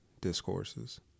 discourses